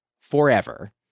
forever